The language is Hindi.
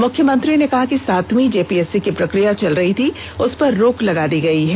मुख्यमंत्री ने कहा कि सातवीं जेपीएससी की प्रशिक्र या चल रही थीउस पर रोक लगा दी गयी हैं